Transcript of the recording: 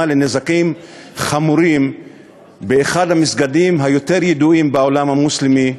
לנזקים חמורים באחד המסגדים היותר-ידועים בעולם המוסלמי,